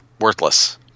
worthless